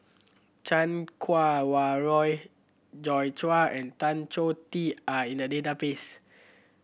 Chan Kua Wah Roy Joi Chua and Tan Choh Tee are in the database